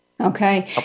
Okay